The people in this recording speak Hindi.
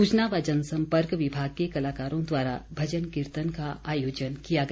सूचना व जन संपर्क विभाग के कलाकारों द्वारा भजन कीर्तन का आयोजन किया गया